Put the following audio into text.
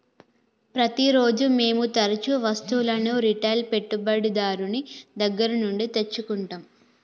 ప్రతిరోజూ మేము తరుచూ వస్తువులను రిటైల్ పెట్టుబడిదారుని దగ్గర నుండి తెచ్చుకుంటం